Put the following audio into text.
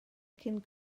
cyn